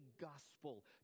gospel